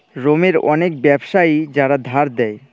রোমের অনেক ব্যাবসায়ী যারা ধার দেয়